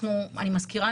אני מזכירה,